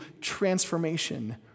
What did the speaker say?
transformation